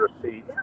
receipt